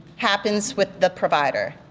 happens with the provider.